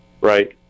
right